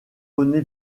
rené